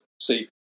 See